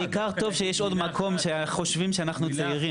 בעיקר טוב שיש עוד מקום שחושבים שאנחנו צעירים.